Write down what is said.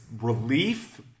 relief